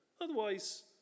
Otherwise